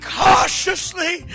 cautiously